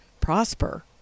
prosper